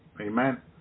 Amen